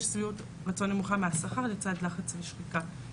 יש שביעות רצון נמוכה מהשכר לצד לחץ ושחיקה.